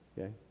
Okay